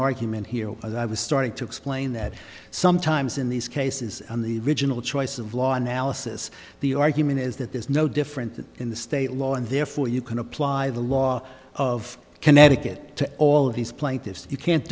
argument here as i was starting to explain that sometimes in these cases on the regional choice of law analysis the argument is that there's no difference in the state law and therefore you can apply the law of connecticut to all of these plaintiffs you can't